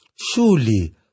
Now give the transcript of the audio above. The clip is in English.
Surely